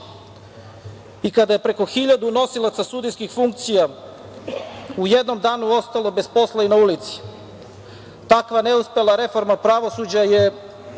i kada je preko hiljadu nosilaca sudijskih funkcija u jednom danu ostalo bez posla i na ulici. Takva neuspela reforma pravosuđa je